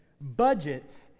budgets